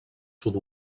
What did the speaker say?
sud